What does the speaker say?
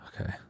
Okay